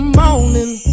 morning